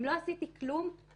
אם לא עשיתי כלום,